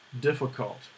difficult